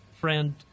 friend